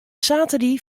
saterdei